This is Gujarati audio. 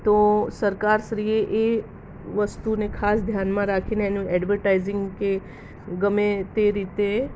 તો સરકાર શ્રીએ એ વસ્તુને ખાસ ધ્યાનમાં રાખીને એનું એડવર્ટાઈઝિંગ કે ગમે તે રીતે